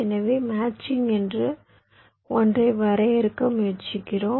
எனவே மேட்சிங் என்று ஒன்றை வரையறுக்க முயற்சிக்கிறோம்